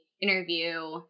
interview